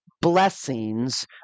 blessings